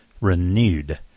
renewed